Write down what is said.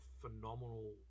phenomenal